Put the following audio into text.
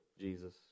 Jesus